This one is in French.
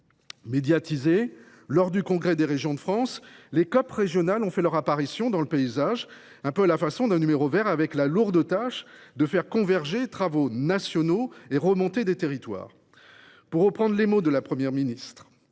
Médiatisées lors du Congrès des régions de France, les COP régionales ont fait leur apparition dans le paysage, un peu à la façon d’un nouveau numéro vert, avec la lourde tâche de « faire converger travaux nationaux et remontées des territoires », pour reprendre les mots de la Première ministre.